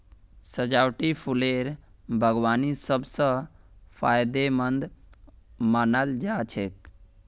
सजावटी फूलेर बागवानी सब स फायदेमंद मानाल जा छेक